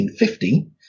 1950